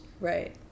Right